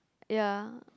ya